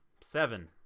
Seven